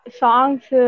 songs